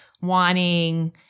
wanting